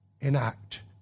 enact